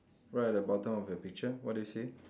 right at the bottom of the picture what do you see